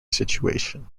situation